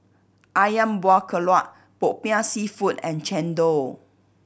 Ayam Buah Keluak Popiah Seafood and chendol